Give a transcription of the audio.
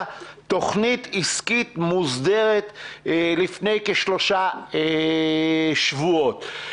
תוכנית עסקית מוסדרת לפני כשלושה שבועות.